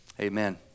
amen